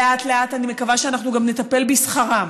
לאט-לאט אני מקווה שאנחנו נטפל גם בשכרם,